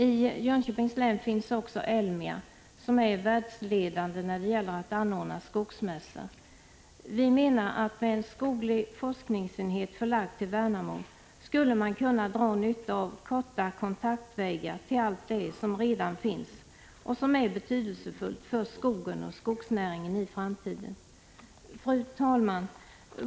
I Jönköpings län finns också Elmia, som är världsledande när det gäller att anordna skogsmässor. Vi menar att med en skoglig forskningsenhet förlagd till Värnamo skulle man kunna dra nytta av korta kontaktvägar till allt det som redan finns uppbyggt och som är betydelsefullt för skogen och skogsnäringen i framtiden. Fru talman!